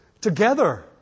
together